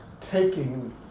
taking